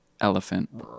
Elephant